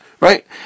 right